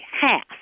half